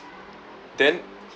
then